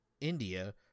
India